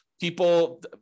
people